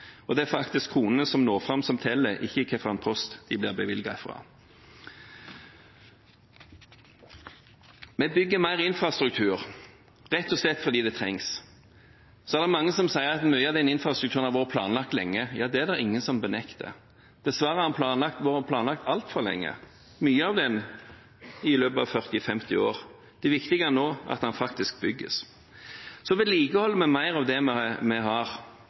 Og det er faktisk kronene som når fram, som teller, ikke hvilken post de blir bevilget fra. Vi bygger mer infrastruktur rett og slett fordi det trengs. Så er det mange som sier at mye av den infrastrukturen har vært planlagt lenge. Ja, det er det ingen som benekter. Dessverre har den vært planlagt altfor lenge – mye av det i 40–50 år. Det viktige nå er at den faktisk bygges. Vi vedlikeholder mer av det vi har.